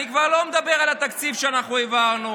אני כבר לא מדבר על התקציב שאנחנו העברנו,